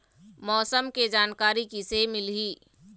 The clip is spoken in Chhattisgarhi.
मौसम के जानकारी किसे मिलही?